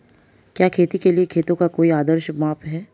क्या खेती के लिए खेतों का कोई आदर्श माप है?